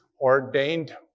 ordained